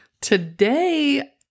Today